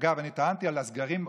אגב, אני טענתי על הסגרים אובייקטיבית,